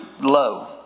low